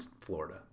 Florida